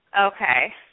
Okay